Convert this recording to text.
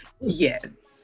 Yes